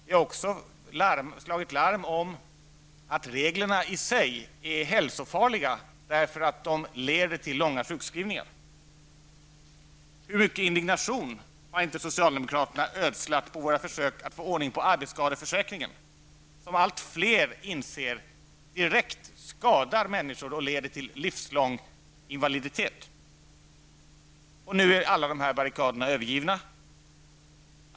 Vi har också slagit larm om att reglerna i sig är hälsofarliga, därför att de leder till långa sjukskrivningar. Hur mycket indignation har inte socialdemokraterna ödslat på våra försök att få ordning på arbetsskadeförsäkringen som allt fler inser direkt skadar människor och leder till livslång invaliditet* Nu är alla de här barrikaderna övergivna.